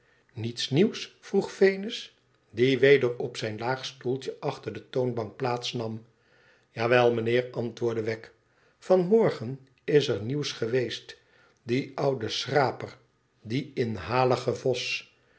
niets nieuws vroeg venus die weder op zijn laag stoeltje achter de toonbank plaats nam ja wel mijnheer antwoordde wegg van morgen is er nietiws ge eest die oude schraper die inhalige